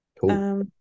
Cool